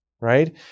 right